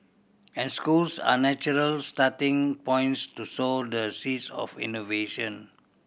and schools are natural starting points to sow the seeds of innovation